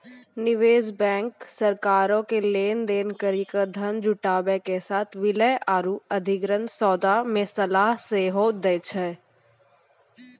निवेश बैंक सरकारो के लेन देन करि के धन जुटाबै के साथे विलय आरु अधिग्रहण सौदा मे सलाह सेहो दै छै